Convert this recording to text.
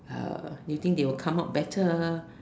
uh do you think they will come out better